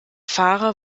fahrer